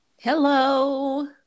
Hello